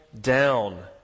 down